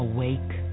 Awake